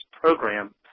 program